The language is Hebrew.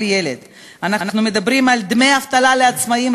ילד"; אנחנו מדברים על דמי אבטלה לעצמאים,